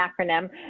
acronym